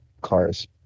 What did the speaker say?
cars